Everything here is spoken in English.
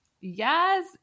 Yes